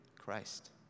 Christ